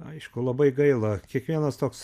aišku labai gaila kiekvienas toks